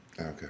Okay